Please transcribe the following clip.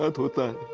ah daughter